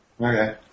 Okay